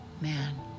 Man